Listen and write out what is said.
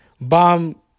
bomb